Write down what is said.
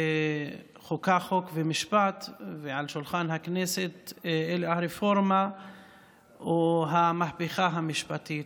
חוק ומשפט ועל שולחן הכנסת הוא הרפורמה או המהפכה המשפטית.